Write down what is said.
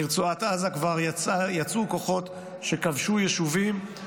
מרצועת עזה כבר יצאו כוחות שכבשו יישובים.